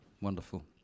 wonderful